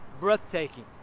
breathtaking